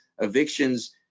evictions